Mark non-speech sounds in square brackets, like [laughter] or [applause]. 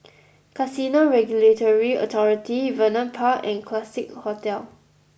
[noise] Casino Regulatory Authority Vernon Park and Classique Hotel